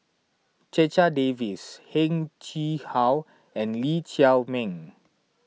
Checha Davies Heng Chee How and Lee Chiaw Meng